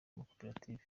amakoperative